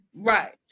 Right